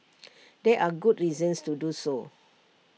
there are good reasons to do so